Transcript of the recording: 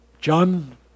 John